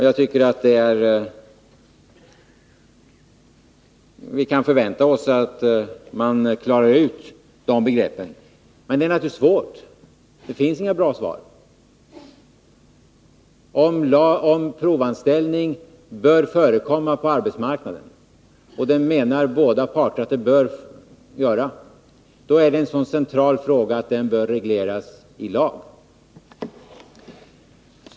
Jag tycker att vi kan förvänta oss att man klarar ut de begreppen, men det är naturligtvis svårt. Det finns inga bra svar. Om provanställning bör förekomma på arbetsmarknaden — och att så bör ske anser båda parter — då är det en så central fråga att den bör regleras i lag.